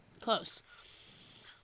close